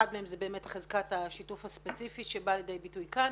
אחד מהם זה באמת חזקת השיתוף הספציפי שבאה לידי ביטוי כאן.